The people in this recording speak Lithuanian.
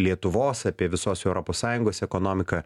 lietuvos apie visos europos sąjungos ekonomiką